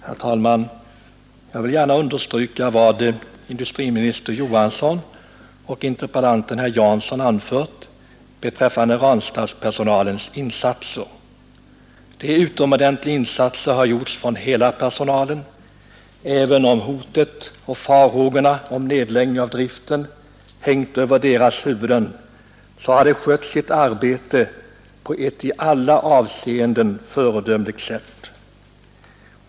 Herr talman! Jag vill gärna understryka vad industriministern och interpellanten anförde beträffande Ranstadspersonalens insatser. Utomordentliga insatser har gjorts av hela personalen. Även om hotet om och farhågorna för nedläggning av driften har hängt över deras huvuden så har de anställda skött sitt arbete på ett i alla avseenden föredömligt sätt.